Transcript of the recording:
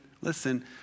listen